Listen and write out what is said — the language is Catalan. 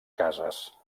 cases